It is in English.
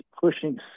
pushing